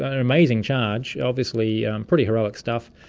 ah an amazing charge, obviously pretty heroic stuff,